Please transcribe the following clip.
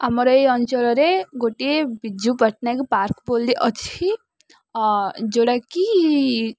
ଆମର ଏଇ ଅଞ୍ଚଳରେ ଗୋଟିଏ ବିଜୁ ପଟ୍ଟନାୟକ ପାର୍କ ବୋଲି ତ ଅଛି ଯେଉଁଟାକି